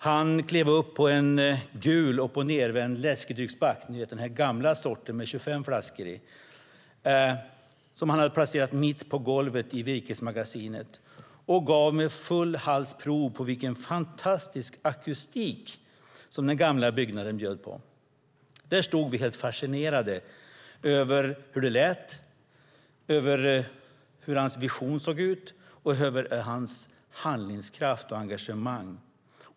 Han klev upp på en gul uppochnedvänd läskedrycksback - den gamla sorten, ni vet, för 25 flaskor - som han hade placerat mitt på golvet i virkesmagasinet och gav med full hals prov på vilken fantastisk akustik som den gamla byggnaden bjöd på. Där stod vi, helt fascinerade över hur det lät, över hur hans vision såg ut och över hans handlingskraft och engagemang.